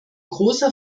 großer